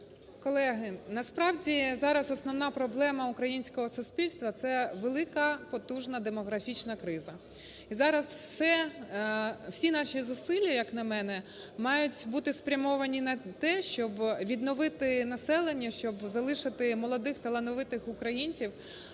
Колеги, насправді зараз основна проблема українського суспільства - це велика потужна демографічна криза. І зараз всі наші зусилля, як на мене, мають бути спрямовані на те, щоб відновити населення, щоб залишити молодих талановитих українців,